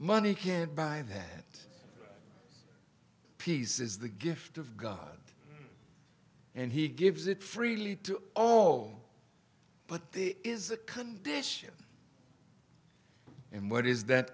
money can't buy that peace is the gift of god and he gives it freely to oh but there is a condition and what is